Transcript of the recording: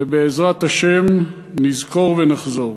ובעזרת השם נזכור ונחזור.